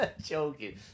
joking